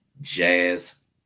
Jazz